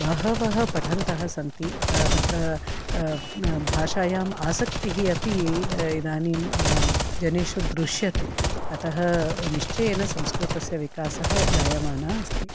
बहवः पठन्तः सन्ति तत्र भाषायाम् आसक्तिः अपि इदानीं जनेषु दृष्यते अतः निश्चयेन संस्कृतस्य विकासः जायमाना अस्ति